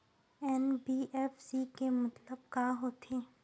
NBFC के मतलब का होथे?